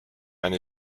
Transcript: and